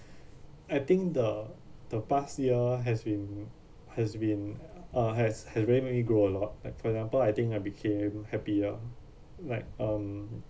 I think the the past year has been has been uh has has made me grow a lot like for example I think I became happier like um